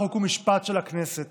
חוק ומשפט של הכנסת